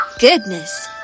goodness